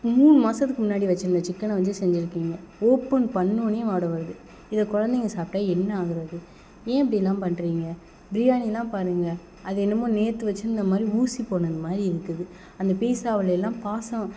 மூணு மாதத்துக்கு முன்னாடி வச்சியிருந்த சிக்கனை வஞ்சி செஞ்சியிருக்கீங்க ஓப்பன் பண்ணவொன்னேயே வாடை வருது இதை குழந்தைங்க சாப்பிட்டா என்னாகிறது ஏ இப்படிலாம் பண்ணுறீங்க பிரியாணிலாம் பாருங்கள் அது என்னமோ நேற்று வச்சியிருந்த மாதிரி ஊசி போனது மாதிரி இருக்குது அந்த பீஸ்ஸாவில எல்லா பாஸம்